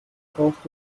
brauchst